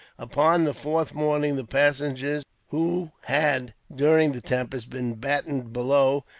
upon the fourth morning the passengers, who had, during the tempest, been battened below,